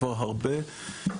כבר הרבה,